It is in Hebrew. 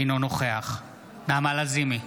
אינו נוכח נעמה לזימי,